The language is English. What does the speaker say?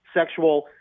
sexual